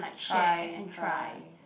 try try